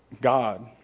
god